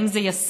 האם זה ישים?